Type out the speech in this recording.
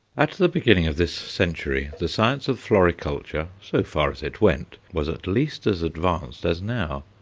at the beginning of this century, the science of floriculture, so far as it went, was at least as advanced as now.